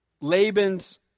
Laban's